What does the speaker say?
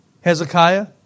Hezekiah